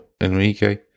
Enrique